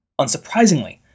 Unsurprisingly